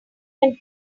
can